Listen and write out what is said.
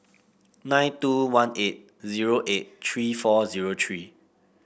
nine two one eight zero eight three four zero three